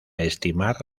estimar